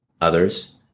others